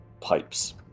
pipes